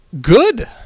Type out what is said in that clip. Good